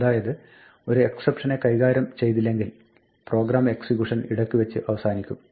അതായത് ഒരു എക്സപ്ഷനെ കൈകാര്യം ചെയ്തില്ലെങ്കിൽ പ്രോഗ്രാം എക്സിക്യൂഷൻ ഇടയ്ക്ക് വെച്ച് അവസാനിക്കും